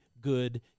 good